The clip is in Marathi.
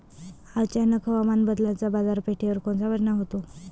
अचानक हवामान बदलाचा बाजारपेठेवर कोनचा परिणाम होतो?